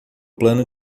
plano